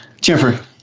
Jennifer